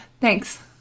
thanks